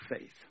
faith